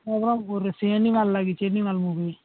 ନବରଙ୍ଗପୁରରେ ସେ ଆନିମଲ୍ ଲାଗିଛି ଆନିମଲ୍ ମୁଭି